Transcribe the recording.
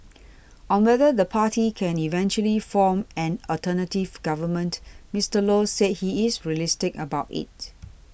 on whether the party can eventually form an alternative government Mister Low said he is realistic about it